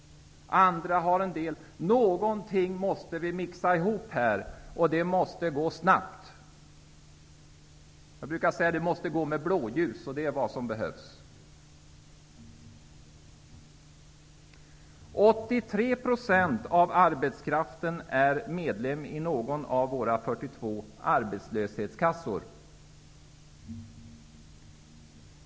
Andra har föreslagit andra. Någonting måste vi här mixa ihop, och det måste gå snabbt. Jag brukar säga att det måste gå med blåljus. Det är vad som behövs. 83 % av arbetskraften är medlem i någon av våra 42 arbetslöshetskassor.